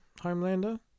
Homelander